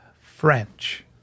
French